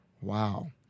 Wow